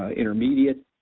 ah intermediate,